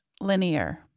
linear